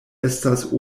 estas